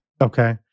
Okay